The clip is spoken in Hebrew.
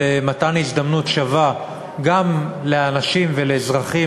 של מתן הזדמנות שווה גם לאנשים ולאזרחים